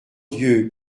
dieu